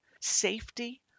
safety